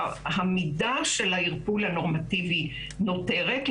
המידה של הערפול הנורמטיבי נותרת,